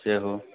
सेहो